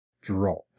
drop